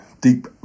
deep